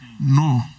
No